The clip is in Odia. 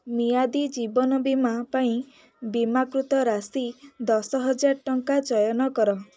ମିଆଦୀ ଜୀବନ ବୀମା ପାଇଁ ବୀମାକୃତ ରାଶି ଦଶହଜାର ଟଙ୍କା ଚୟନ କର